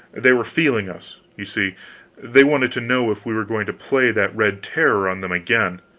they were feeling us, you see they wanted to know if we were going to play that red terror on them again.